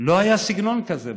לא היה סגנון כזה בכלל.